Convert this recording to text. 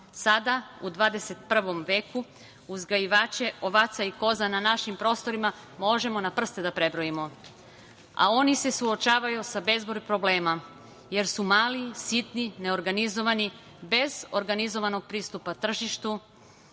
Sada u 21. veku uzgajivače ovaca i koza na našim prostorima možemo na prste da prebrojimo, a oni se suočavaju sa bezbroj problema, jer su mali, sitni, neorganizovani, bez organizovanog pristupa tržištu,